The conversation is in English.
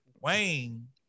Wayne